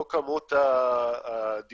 לא כמות הדיווחים,